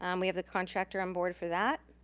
um we have the contractor onboard for that.